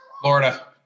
Florida